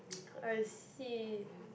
I see